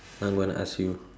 I'm going to ask you